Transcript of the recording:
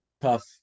tough